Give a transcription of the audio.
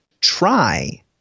try